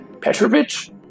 Petrovich